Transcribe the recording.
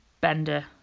bender